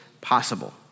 possible